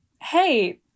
hey